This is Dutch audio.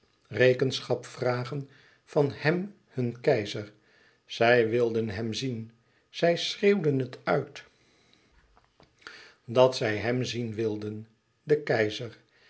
rekenschap vragen van hem hun keizer zij wilden hem zien zij schreeuwden het uit dat zij hem zien wilden de keizer